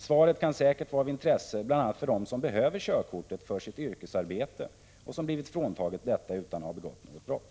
Svaret kan säkert vara av intresse bl.a. för den som behöver körkortet för sitt yrkesarbete och som blivit fråntagen detta utan att ha begått något brott.